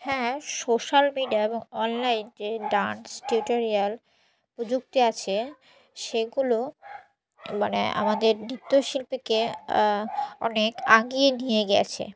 হ্যাঁ social media এবং online যে ডান্স টিউটোরিয়াল প্রযুক্তি আছে সেগুলো মানে আমাদের নৃত্যশিল্পীকে অনেক এগিয়ে নিয়ে গিয়েছে